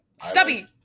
Stubby